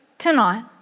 Tonight